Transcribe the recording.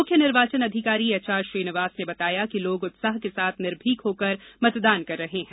मुख्य निर्वाचन अधिकारी एच आर श्रीनिवास ने बताया कि लोग उत्साह के साथ निर्भीक होकर मतदान कर रहे हैं